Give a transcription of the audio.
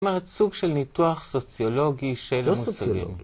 זאת אומרת, סוג של ניתוח סוציולוגי של מוסלמים.